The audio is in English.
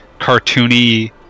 cartoony